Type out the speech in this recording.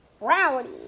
Rowdy